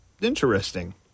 interesting